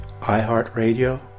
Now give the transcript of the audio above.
iHeartRadio